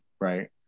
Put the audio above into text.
Right